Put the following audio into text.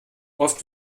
oft